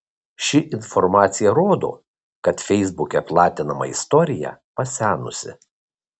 ši informacija rodo kad feisbuke platinama istorija pasenusi